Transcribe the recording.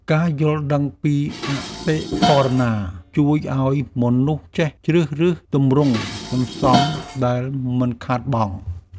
ការយល់ដឹងពីអតិផរណា ជួយឱ្យមនុស្សចេះជ្រើសរើសទម្រង់សន្សំដែលមិនខាតបង់។